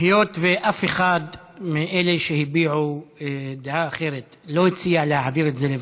היות שאף אחד מאלה שהביעו דעה אחרת לא הציע להעביר את זה לוועדה,